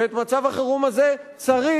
ואת מצב החירום הזה צריך,